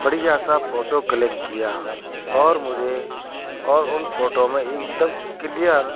बढ़िया सा photo click किया और मुझे और उन फ़ोटो में एकदम क्लियर